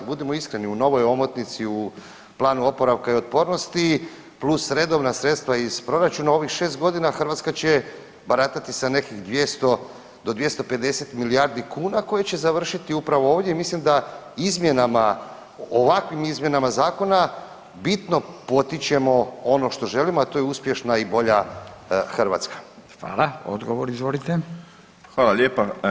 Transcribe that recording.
Budimo iskreni, u novoj omotnici u Planu oporavka i otpornosti plus redovna sredstva iz proračuna, ovih 6 godina Hrvatska će baratati sa nekih 200 do 250 milijardi kuna koje će završiti upravo ovdje i mislim da izmjenama, ovakvim izmjenama zakona bitno potičemo ono što želimo, a to je uspješna i bolja Hrvatska.